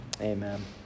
Amen